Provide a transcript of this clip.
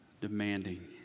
demanding